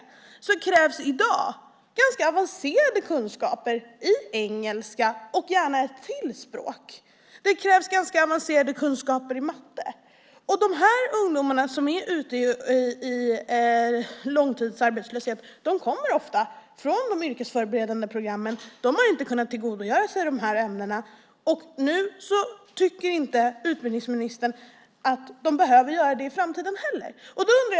I dag krävs det ganska avancerade kunskaper i engelska och gärna i ett språk till. Det krävs ganska avancerade kunskaper i matte. De ungdomar som är ute i långtidsarbetslöshet kommer ofta från de yrkesförberedande programmen. De har inte kunnat tillgodogöra sig de här ämnena. Nu tycker utbildningsministern inte att de behöver göra det i framtiden heller. Då undrar jag en sak.